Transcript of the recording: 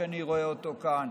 שאני רואה אותו כאן,